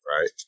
right